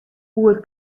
oer